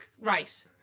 Right